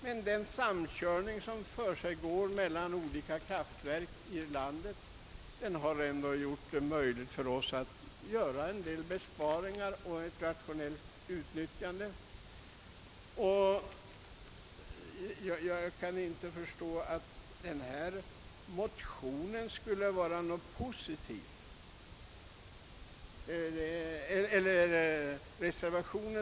Men den samkörning som förekommer mellan olika kraftverk i landet har ändå gjort det möjligt för oss att göra en del besparingar och åstadkomma ett rationellt utnyttjande. Jag kan inte förstå att denna reservation skulle innebära någonting positivt.